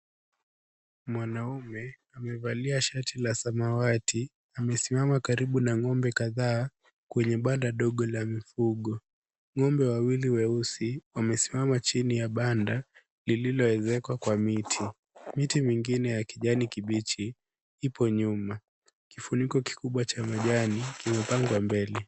Mwanaume amevalia shati la samawati amesimama karibu na ng'ombe kadhaa kwenye banda dogo la mifugo. Ng'ombe wawili weusi wamesimama chini ya banda lililoezekwa kwa miti. Miti mingine ya kijani kibichi ipo nyuma. Kifuniko kikubwa cha majani kimepangwa mbele.